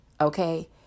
Okay